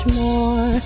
more